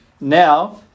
Now